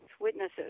Witnesses